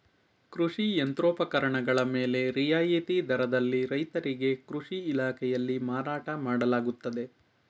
ಕೃಷಿ ಯಂತ್ರೋಪಕರಣಗಳ ಮೇಲೆ ರಿಯಾಯಿತಿ ದರದಲ್ಲಿ ರೈತರಿಗೆ ಕೃಷಿ ಇಲಾಖೆಯಲ್ಲಿ ಮಾರಾಟ ಮಾಡಲಾಗುತ್ತದೆ